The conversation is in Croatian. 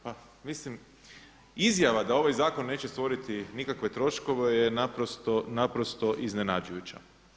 Pa mislim izjava da ovaj zakon neće stvoriti nikakve troškove je naprosto iznenađujuća.